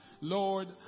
Lord